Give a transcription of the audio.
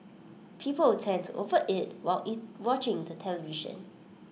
people tend to overeat while eat watching the television